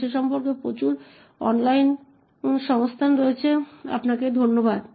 এবং তারপরে এটি কার্যকর করতে হবে ধন্যবাদ